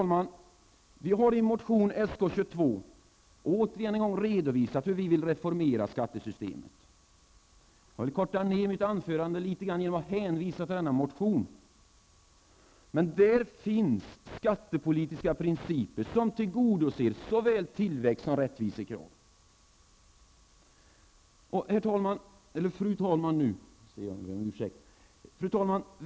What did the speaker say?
Vi har i motion Sk22 återigen redovisat hur vi vill reformera skattesystemet. Jag vill korta ner mitt anförande genom att hänvisa till denna motion. Men där finns skattepolitiska principer som tillgodoser såväl tillväxt som rättvisekrav. Fru talman!